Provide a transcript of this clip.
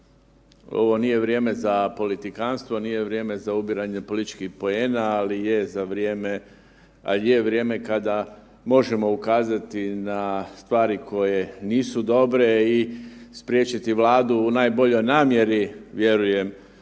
Ovo nije vrijeme za politikantstvo, nije vrijeme za ubiranje političkih poena, ali je za vrijeme, ali je vrijeme kada možemo ukazati na stvari koje nisu dobre i spriječiti Vladu u najboljoj namjeri, vjerujem